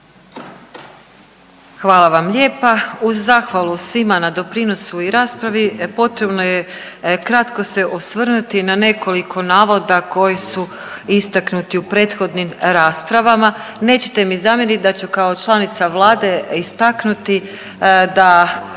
Hvala vam lijepa. Uz zahvalu svima na doprinosu i raspravi potrebno je kratko se osvrnuti na nekoliko navoda koji su istaknuti u prethodnim raspravama. Nećete mi zamjerit da ću kao članica Vlade istaknuti da